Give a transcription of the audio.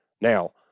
Now